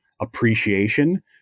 appreciation